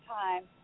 time